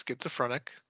Schizophrenic